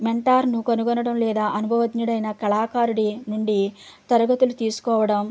మెంటార్ను కనుగొనడం లేదా అనుభవజ్ఞుడైన కళాకారుడి నుండి తరగతులు తీసుకోవడం